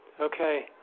Okay